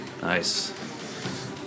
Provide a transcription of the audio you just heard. Nice